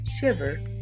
Shiver